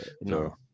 no